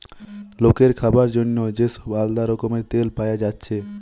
লোকের খাবার জন্যে যে সব আলদা রকমের তেল পায়া যাচ্ছে